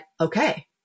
okay